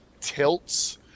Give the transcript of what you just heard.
tilts